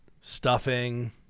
stuffing